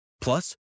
Plus